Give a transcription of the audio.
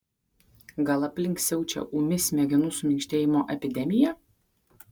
gal aplink siaučia ūmi smegenų suminkštėjimo epidemija